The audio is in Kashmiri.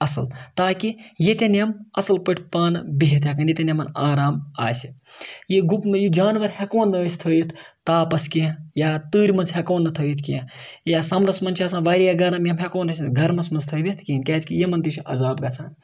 اَصٕل تاکہِ ییٚتٮ۪ن یِم اَصٕل پٲٹھۍ پانہٕ بِہِتھ ہٮ۪کَن ییٚتٮ۪ن یِمَن آرام آسہِ یہِ گُپنہٕ یہِ جاناوار ہٮ۪کون نہٕ أسۍ تھٲوِتھ تاپَس کینٛہہ یا تۭرِ منٛز ہٮ۪کون نہٕ تھاوِتھ کینٛہہ یا سَمرَس منٛز چھِ آسان واریاہ گَرَم یِم ہٮ۪کو نہٕ أسۍ گَرمَس منٛز تھٲوِتھ کِہیٖنۍ کیٛازِکہِ یِمَن تہِ چھُ عزاب گژھان